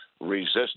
resist